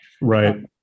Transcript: right